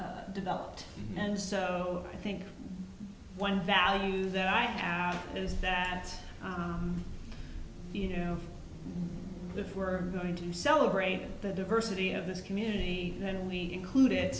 developed and so i think one value that i have is that you know if we're going to celebrate the diversity of this community then we include